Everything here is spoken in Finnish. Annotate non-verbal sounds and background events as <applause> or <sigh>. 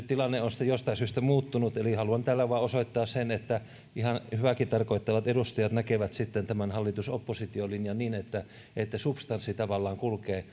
<unintelligible> tilanne on sitten jostain syystä muuttunut eli haluan tällä vain osoittaa sen että ihan hyvääkin tarkoittavat edustajat näkevät sitten tämän hallitus oppositio linjan niin että että substanssi tavallaan kulkee <unintelligible>